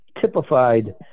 typified